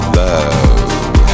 love